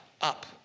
up